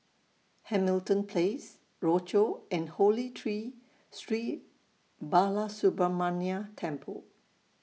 Hamilton Place Rochor and Holy Tree Sri Balasubramaniar Temple